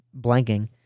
blanking